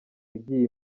ugiye